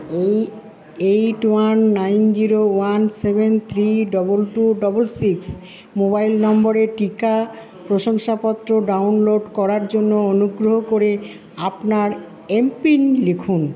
eight eight one nine zero one seven three double two double six mobile নম্বরের টিকা প্রশংসাপত্র download করার জন্য অনুগ্রহ করে আপনার এমপিন লিখুন